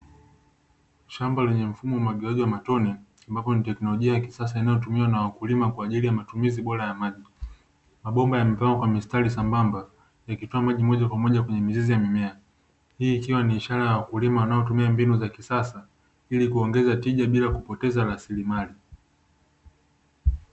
Shamba lenye mfumo wa umwagiaji wa matonye, ambapo ni teknolojia ya kisasa inayotumiwa na wakulima kwa ajili ya matumizi bora ya maji, mabomba yamepangwa katika mistari sambamba ikitoa maji moja kwa moja kwenye mizizi ya mimea, hii ikiwa ni ishara ya wakulima wanaotumia mbinu ya kisasa ili kuongeza tija bila kupoteza ujasiriamali.